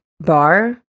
bar